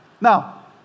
Now